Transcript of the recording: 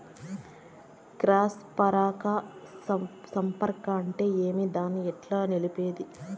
Cross పరాగ సంపర్కం అంటే ఏమి? దాన్ని ఎట్లా నిలిపేది?